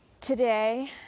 Today